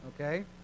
Okay